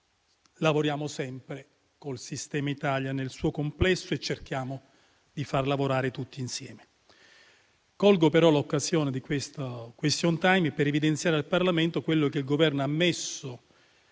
lavoriamo sempre col sistema Italia nel suo complesso e cerchiamo di far lavorare tutti insieme. Colgo però l'occasione di questo *question time* per evidenziare al Parlamento quello che il Governo ha messo